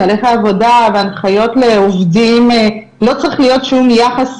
תהליכי עבודה והנחיות לעובדים לא צריך להיות שום יחס